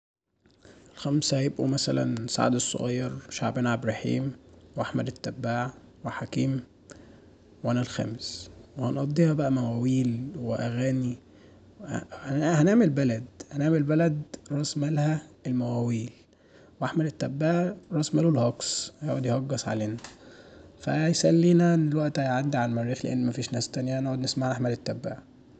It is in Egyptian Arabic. الخمسه هيبقوا سعد الصغير، شعبان عبد الرحيم، وأحمد التباع، وحكيم وأنا الخامس، وهنقضيها بقي مواويل وأغاني، هنعمل بلد، هنعمل بلد راس مالها المواويل، وأحمد التباع راس ماله الهجص، يقعد يهجص علينا، فهيسلينا الوقت هيعدي علي المريخ لأن مفيش ناس تانيه نقعد نسمع أحمد التباع.